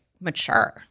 mature